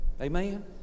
Amen